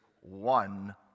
one